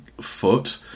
foot